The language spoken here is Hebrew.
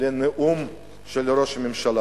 לנאום של ראש הממשלה.